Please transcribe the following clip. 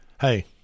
hey